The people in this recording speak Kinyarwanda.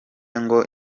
ngo